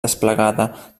desplegada